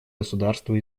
государства